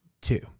Two